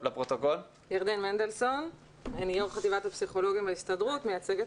ראש חטיבת הפסיכולוגים בהסתדרות ומייצגת